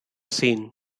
seen